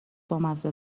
بامزه